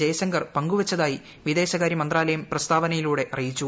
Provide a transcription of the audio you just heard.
ജയശങ്കർ പങ്കുവച്ചതായി വിദേശകാര്യ മന്ത്രാലയം പ്രസ്താവനയിലൂടെ അറിയിച്ചു